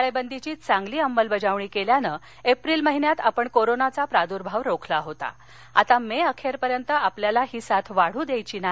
टाळेबंदीची चांगली अंमलबजावणी केल्यानं एप्रिल महिन्यात आपण कोरोनाचा प्रार्द्भाव रोखला होता आता मे अखेरपर्यंत आपल्याला ही साथ वाढू द्यायची नाही